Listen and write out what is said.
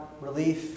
relief